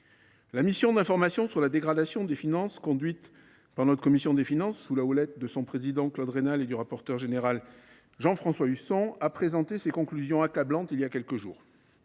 La mission d’information sur la dégradation des finances publiques, conduite par notre commission des finances sous la houlette de son président, Claude Raynal, et du rapporteur général, Jean François Husson, a présenté ses conclusions accablantes voilà quelques jours.